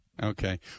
Okay